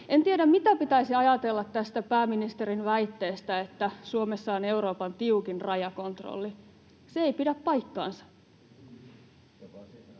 En tiedä, mitä pitäisi ajatella tästä pääministerin väitteestä, että Suomessa on Euroopan tiukin rajakontrolli — se ei pidä paikkaansa